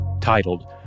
titled